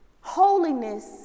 Holiness